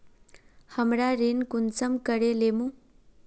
हमरा ऋण कुंसम करे लेमु?